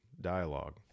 dialogue